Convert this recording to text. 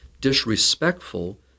disrespectful